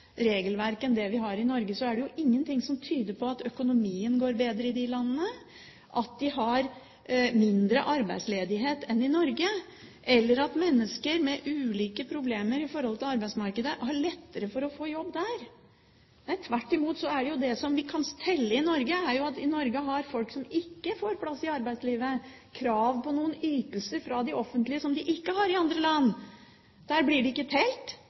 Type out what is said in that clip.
regelverk enn det vi har i Norge, er det ingenting som tyder på at økonomien går bedre der, at de har mindre arbeidsledighet enn i Norge, eller at mennesker med ulike problemer med tanke på arbeidsmarkedet har lettere for å få jobb der. Nei, tvert imot – det kan vi telle, i Norge har folk som ikke får plass i arbeidslivet, krav på noen ytelser fra det offentlige som man ikke har i andre land. Der blir de ikke telt,